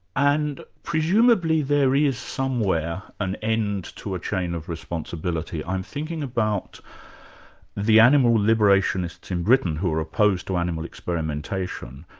and presumably there is somewhere, an end to a chain of responsibility? i'm thinking about the animal liberationists in britain who are opposed to animal experimentation,